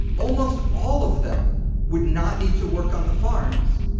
almost all of them would not need to work on the farms,